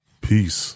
Peace